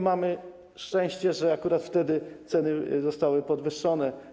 Mamy szczęście, że akurat wtedy ceny zostały podwyższone.